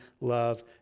love